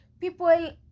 people